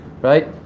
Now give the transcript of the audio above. right